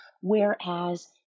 whereas